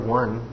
one